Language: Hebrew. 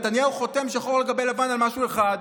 נתניהו חותם שחור על גבי לבן על משהו אחד,